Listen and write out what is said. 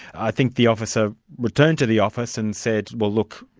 i think the officer returned to the office and said, well look,